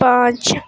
پانچ